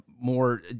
more